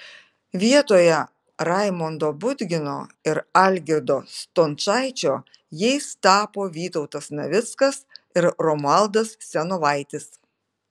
vietoje raimondo budgino ir algirdo stončaičio jais tapo vytautas navickas ir romualdas senovaitis